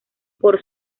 por